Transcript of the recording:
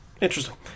interesting